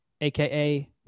AKA